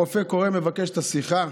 הרופא קורא ומבקש את השיחה,